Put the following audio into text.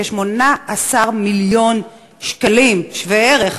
כ-18 מיליון שקלים בשווה ערך,